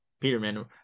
peterman